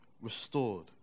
restored